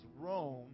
Rome